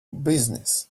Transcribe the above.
business